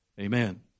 Amen